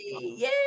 yay